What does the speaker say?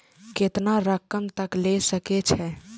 केतना रकम तक ले सके छै?